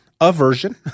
aversion